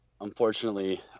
unfortunately